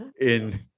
in-